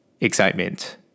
Excitement